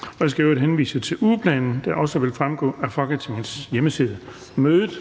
i øvrigt henvise til ugeplanen, der også vil fremgå af Folketingets hjemmeside.